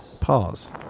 Pause